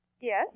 Yes